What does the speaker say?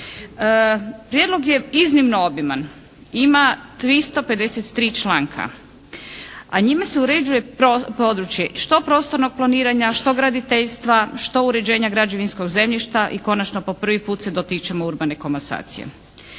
Prijedlog je iznimno obiman. Ima 353 članka, a njima se uređuje područje što prostornog planiranja, što graditeljstva, što uređenja građevinskog zemljišta i konačno po prvi put se dotičemo urbane komasacije.